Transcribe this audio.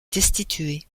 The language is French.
destitué